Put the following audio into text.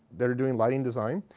that are doing lighting design.